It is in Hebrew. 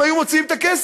הם היו מוציאים את הכסף.